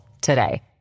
today